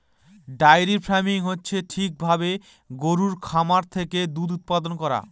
diary farming হচ্ছে ঠিক ভাবে গরুর খামার থেকে দুধ উৎপাদান করা